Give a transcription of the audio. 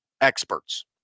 experts